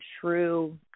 true